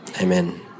Amen